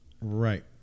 Right